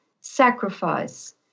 sacrifice